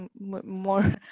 more